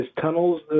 tunnels